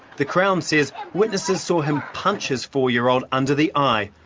the crown says witnesses saw him punch his four-year-old under the eye.